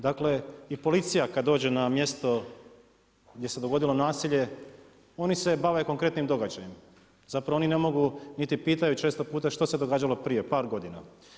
Dakle i policija kada dođe na mjesto gdje se dogodilo nasilje oni se bave konkretnim događajem, zapravo oni ne mogu niti pitaju često puta što se događalo prije par godina.